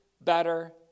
better